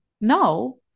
No